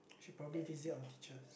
should probably visit our teachers